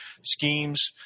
schemes